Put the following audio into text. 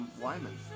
Wyman